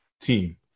team